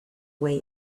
way